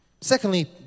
Secondly